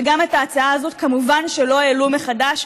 ואת ההצעה הזאת מובן שלא העלו מחדש.